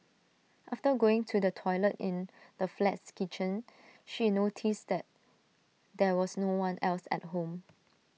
after going to the toilet in the flat's kitchen she noticed that there was no one else at home